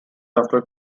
after